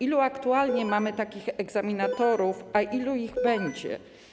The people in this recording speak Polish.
Ilu aktualnie mamy takich egzaminatorów, a ilu ich będzie?